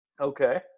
Okay